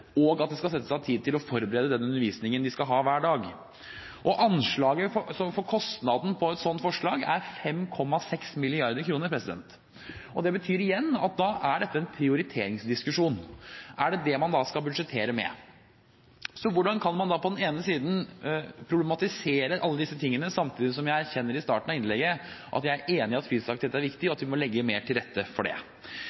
det på sikt skal være med faglærte gymlærere, og at det skal settes av tid til å forberede den undervisningen de skal ha hver dag. Kostnadsanslaget for et slikt forslag er 5,6 mrd. kr. Det betyr igjen at da er dette en prioriteringsdiskusjon: Er det det man skal budsjettere med? Hvordan kan man på den ene siden problematisere alle disse tingene, samtidig som jeg erkjente i starten av innlegget at jeg er enig i at fysisk aktivitet er viktig, og